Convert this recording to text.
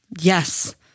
Yes